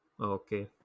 okay